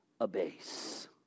abase